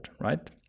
Right